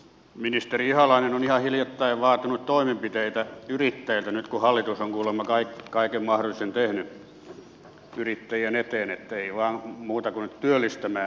ministeri ihalainen on ihan hiljattain vaatinut toimenpiteitä yrittäjiltä nyt kun hallitus on kuulemma kaiken mahdollisen tehnyt yrittäjien eteen niin että ei muuta kuin vain työllistämään sitten